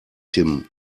tim